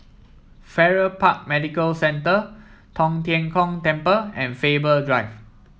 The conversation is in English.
Farrer Park Medical Centre Tong Tien Kung Temple and Faber Drive